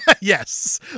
Yes